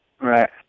Right